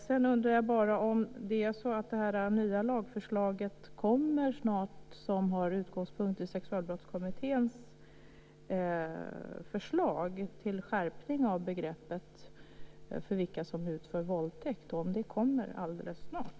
Sedan undrar jag om det nya lagförslag snart kommer som har sin utgångspunkt i Sexualbrottskommitténs förslag om en skärpning av begreppet för vilka som utför våldtäkter och om detta kommer alldeles snart.